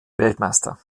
weltmeister